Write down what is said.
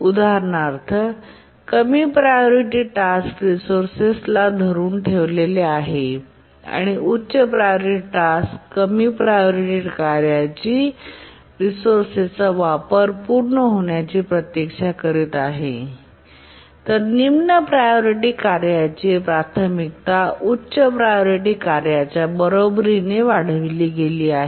उदाहरणार्थ कमी priority task resources स धरुन ठेवलेले आहे आणि उच्च प्रायोरिटी टास्क कमी प्रायोरिटी कार्याची रिसोर्सेस चा वापर पूर्ण होण्याची प्रतीक्षा करीत आहे तर निम्न प्रायोरिटी कार्याची प्राथमिकता उच्च प्रायोरिटी कार्याच्या बरोबरीने वाढविली गेली आहे